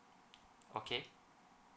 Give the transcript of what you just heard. okay